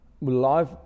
life